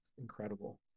incredible